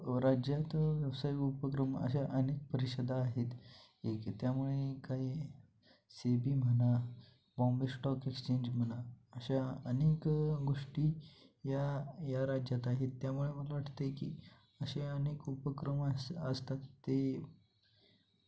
राज्यात व्यावसायिक उपक्रम अशा अनेक परिषदा आहेत एक आहे त्यामुळे काही सी बी म्हणा बॉम्बे स्टॉक एक्सचेंज म्हणा अशा अनेक गोष्टी या या राज्यात आहेत त्यामुळे मला वाटतं आहे की असे अनेक उपक्रम अस असतात ते